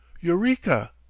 Eureka